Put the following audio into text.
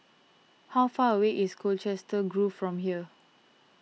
how far away is Colchester Grove from here